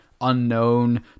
unknown